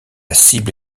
cible